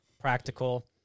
practical